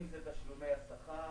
אם זה תשלומי השכר,